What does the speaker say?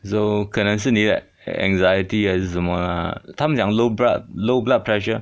so 可能是你 that anxiety as 什么他们讲 low broad low blood pressure